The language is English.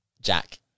jack